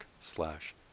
slash